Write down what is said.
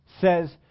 says